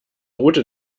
route